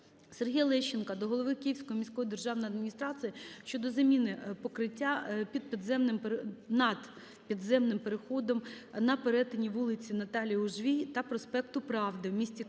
Сергія Лещенка до голови Київської міської державної адміністрації щодо заміни покриття над підземним переходом на перетині вулиці Наталії Ужвій та проспекту Правди у місті Києві.